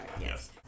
Yes